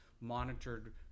monitored